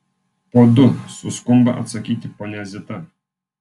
po du suskumba atsakyti ponia zita